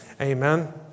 Amen